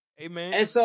Amen